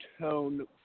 tone